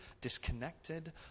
disconnected